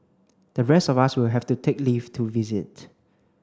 the rest of us will have to take leave to visit